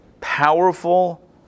powerful